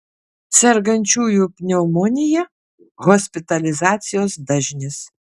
sergančiųjų pneumonija hospitalizacijos dažnis